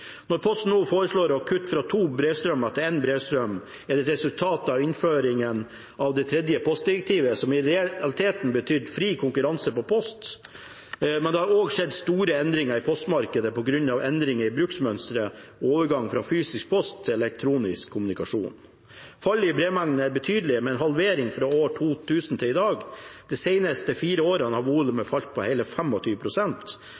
Når Posten nå foreslår å kutte fra to brevstrømmer til én, er det et resultat av innføringen av det tredje postdirektivet, som i realiteten betydde fri konkurranse innen post. Men det har også skjedd store endringer i postmarkedet på grunn av endringer i bruksmønsteret og overgang fra fysisk post til elektronisk kommunikasjon. Fallet i brevmengden er betydelig, med en halvering fra år 2000 til i dag. De seneste fire årene har